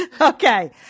Okay